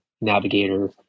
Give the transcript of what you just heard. navigator